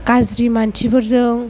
गाज्रि मानसिफोरजों